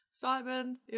Simon